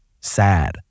sad